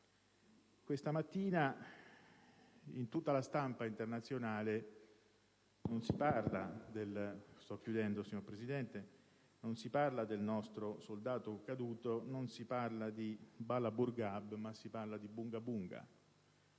Questa mattina, su tutta la stampa internazionale non si parla del nostro soldato caduto o di Bala Murghab, ma si parla di "bunga bunga";